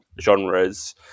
genres